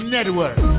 Network